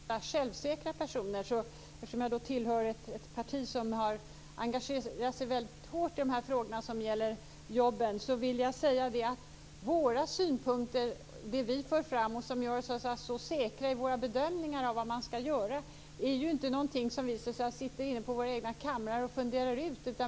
Fru talman! Såsom varande en av dem som Hans Karlsson syftade på som självsäkra personer, vill jag säga att jag tillhör ett parti som har engagerat sig väldigt hårt i de frågor som gäller jobben. De synpunkter som vi för fram och som gör oss så säkra i våra bedömningar i fråga om vad man skall göra är ju inte någonting som vi sitter inne på våra kamrar och funderar ut.